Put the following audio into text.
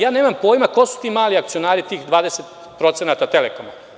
Ja nemam pojma ko su ti mali akcionari, tih 20% „Telekoma“